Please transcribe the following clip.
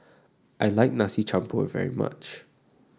I like Nasi Campur very much